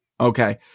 okay